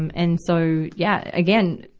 um and so, yeah, again,